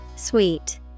Sweet